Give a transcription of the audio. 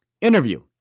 interview